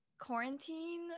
quarantine